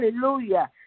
Hallelujah